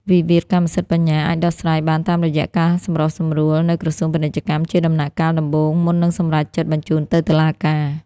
វិវាទកម្មសិទ្ធិបញ្ញាអាចដោះស្រាយបានតាមរយៈការសម្រុះសម្រួលនៅក្រសួងពាណិជ្ជកម្ម ជាដំណាក់កាលដំបូង មុននឹងសម្រេចចិត្តបញ្ជូនទៅតុលាការ។